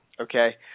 Okay